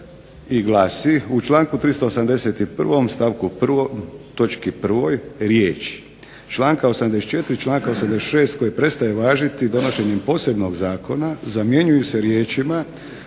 i glasi: "U članku 381. Stavku 1. točki 1. riječi: "članka 84., članka 86. koji prestaje važiti donošenjem posebnog zakona zamjenjuju se riječima: